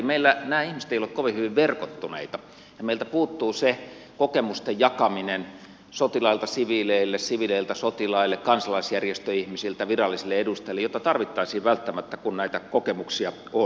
meillä nämä ihmiset eivät ole kovin hyvin verkottuneita ja meiltä puuttuu se kokemusten jakaminen sotilailta siviileille siviileiltä sotilaille kansalaisjärjestöihmisiltä virallisille edustajille jota tarvittaisiin välttämättä kun näitä kokemuksia on